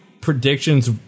predictions